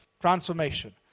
Transformation